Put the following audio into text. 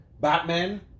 batman